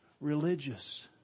religious